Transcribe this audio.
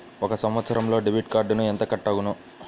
ఒక సంవత్సరంలో డెబిట్ కార్డుకు ఎంత కట్ అగును?